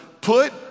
Put